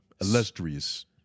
illustrious